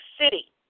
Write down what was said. City